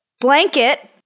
blanket—